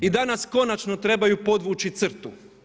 I danas konačno trebaju podvući crtu.